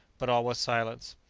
but all was silence.